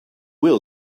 will